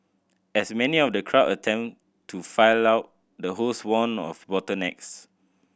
as many of the crowd attempted to file out the host warned of bottlenecks